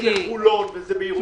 זה בחולון ובירושלים.